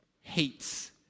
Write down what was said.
hates